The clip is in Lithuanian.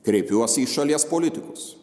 kreipiuosi į šalies politikus